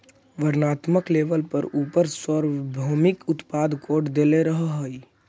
वर्णात्मक लेबल पर उपर सार्वभौमिक उत्पाद कोड देल रहअ हई